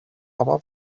aber